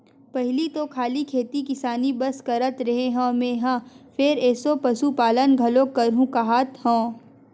पहिली तो खाली खेती किसानी बस करत रेहे हँव मेंहा फेर एसो पसुपालन घलोक करहूं काहत हंव